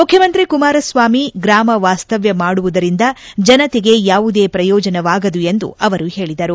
ಮುಖ್ಯಮಂತ್ರಿ ಕುಮಾರಸ್ವಾಮಿ ಗ್ರಾಮ ವಾಸ್ತವ್ಯ ಮಾಡುವುದರಿಂದ ಜನತೆಗೆ ಯಾವುದೇ ಪ್ರಯೋಜನವಾಗದು ಎಂದು ಅವರು ಹೇಳಿದರು